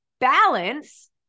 Balance